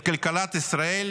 את כלכלת ישראל,